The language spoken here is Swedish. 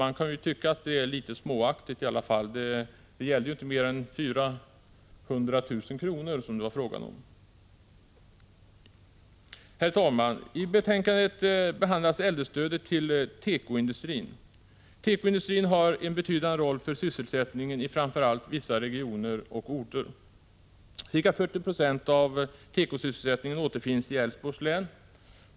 Man kan tycka att det är litet småaktigt — det gällde ju inte mer än 400 000 kr. Herr talman! I betänkandet behandlas frågan om äldrestödet till tekoindustrin. Tekoindustrin har en betydande roll för sysselsättningen i vissa regioner och på vissa orter. Ca 40 96 av tekoindustrin återfinns i Älvsborgs län.